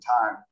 time